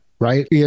right